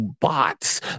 bots